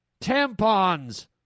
Tampons